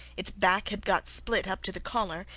its back had got split up to the collar,